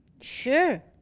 Sure